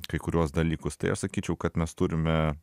kai kuriuos dalykus tai aš sakyčiau kad mes turime